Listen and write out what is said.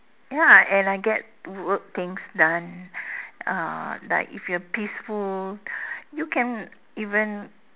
ya and I get work things done uh like if you're peaceful you can even